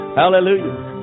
hallelujah